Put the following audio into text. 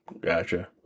Gotcha